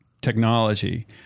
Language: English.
technology